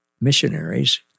missionaries